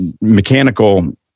mechanical